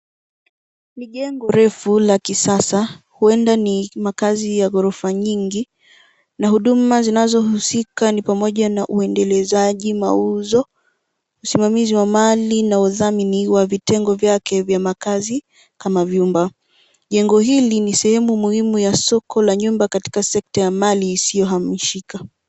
Ni jengo refu la kisasa. Huenda ni makazi ya ghorofa nyingi na huduma zinazohusika ni pamoja na uendelezaji mauzo, usimamizi wa mali na udhamini wa vitengo vyake vya makazi kama vyumba. Jengo hili ni sehemu muhimu ya soko la nyumba katika sekta ya mali isiyohawishika.